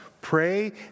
pray